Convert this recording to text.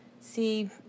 see